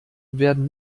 werden